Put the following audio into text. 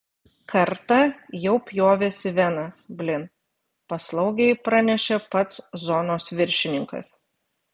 kartą jau pjovėsi venas blin paslaugiai pranešė pats zonos viršininkas